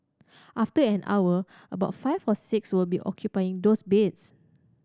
after an hour about five or six will be occupying those beds